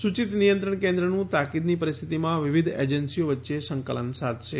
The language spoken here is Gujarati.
સૂચીત નિયંત્રણ કેન્દ્રનું તાકીદની પરિસ્થિતીમાં વિવિધ એજન્સીઓ વચ્ચે સંકલન સાધશે